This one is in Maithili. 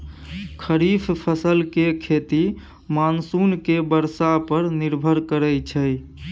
खरीफ फसल के खेती मानसून के बरसा पर निर्भर करइ छइ